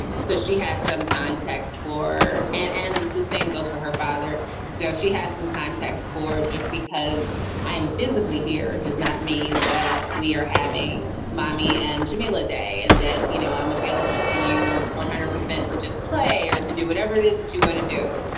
so she has some context for and and the same goes for her father. so she has some context for just because i am physically here does not mean that we are having mommy and jamila day and that, you know, i'm available to you one hundred percent to just play or to do whatever it is that you want to do.